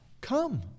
Come